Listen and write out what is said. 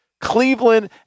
Cleveland